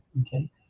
okay